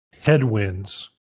headwinds